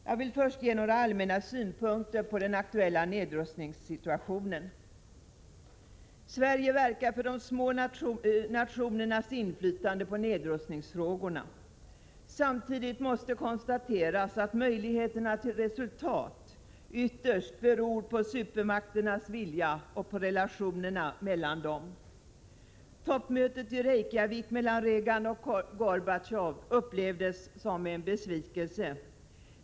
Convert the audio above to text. Jag vill först ge några allmänna synpunkter på den aktuella nedrustningssituationen. Sverige verkar för de små nationernas inflytande på nedrustningsfrågorna. Samtidigt måste konstateras att möjligheterna till resultat ytterst beror på supermakternas vilja och på relationerna mellan dem. Toppmötet i Reykjavik mellan Reagan och Gorbatjov upplevdes som en besvikelse.